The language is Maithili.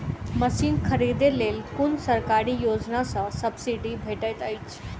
मशीन खरीदे लेल कुन सरकारी योजना सऽ सब्सिडी भेटैत अछि?